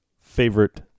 favorite